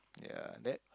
ya that